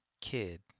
kid